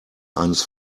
eines